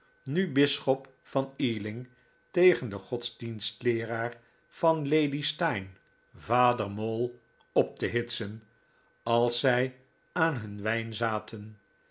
nu bisschop van ealing tegen den godsdienstleeraar van lady steyne vader mole op te hitsen als zij aan hun wijn zaten